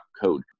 code